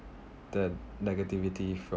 that negative from